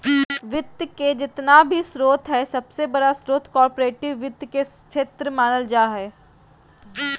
वित्त के जेतना भी स्रोत हय सबसे बडा स्रोत कार्पोरेट वित्त के क्षेत्र मानल जा हय